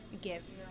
give